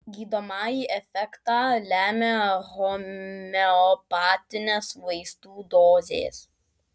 gydomąjį efektą lemia homeopatinės vaistų dozės